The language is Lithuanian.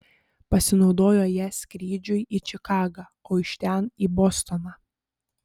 pasinaudojo ja skrydžiui į čikagą o iš ten į bostoną